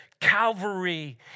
Calvary